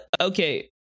okay